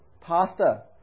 pastor